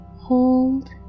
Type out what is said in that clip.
Hold